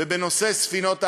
ובנושא ספינות ההגנה.